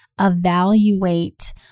evaluate